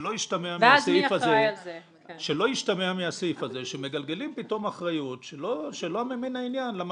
שלא השתמע מהסעיף הזה שמגלגלים פתאום אחריות שלא ממין העניין למנפיק,